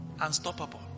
unstoppable